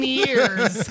years